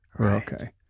okay